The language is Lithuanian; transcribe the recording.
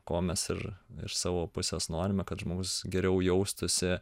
ko męs ir iš savo pusės norime kad žmogus geriau jaustųsi